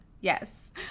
Yes